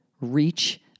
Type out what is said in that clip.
reach